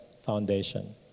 foundation